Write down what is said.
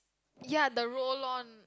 ya the roll on